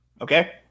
Okay